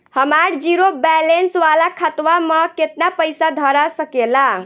हमार zero balance वाला खतवा म केतना पईसा धरा सकेला?